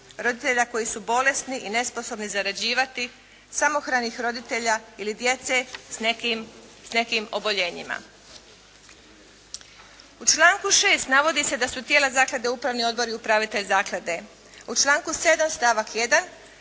roditelja koji su bolesni i nesposobni zarađivati, samohranih roditelja ili djece s nekim oboljenjima. U članku 6. navodi se da su tijela zaklade upravni odbor i upravitelj zaklade. U članku 7. stavak 1.